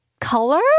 color